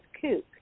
kook